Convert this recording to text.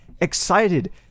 excited